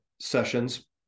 sessions